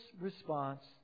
response